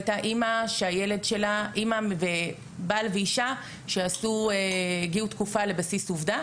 הייתה אמא ובעל ואישה שהגיעו תקופה לבסיס עובדה